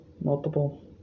Multiple